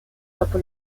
dopo